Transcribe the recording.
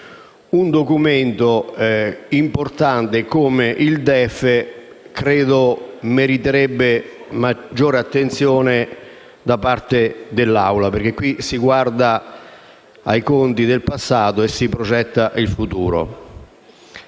un Documento importante come il DEF meriterebbe maggiore attenzione da parte dell'Assemblea, perché in esso si guarda ai conti del passato e si progetta il futuro,